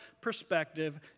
perspective